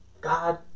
God